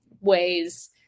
ways